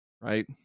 right